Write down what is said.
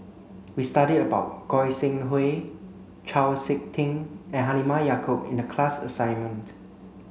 we studied about Goi Seng Hui Chau Sik Ting and Halimah Yacob in the class assignment